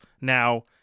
now